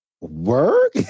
work